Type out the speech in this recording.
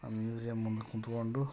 ಆ ಮ್ಯೂಸಿಯಮ್ ಮುಂದೆ ಕೂತ್ಕೊಂಡು